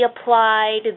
applied